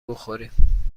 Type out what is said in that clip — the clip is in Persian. بخوریم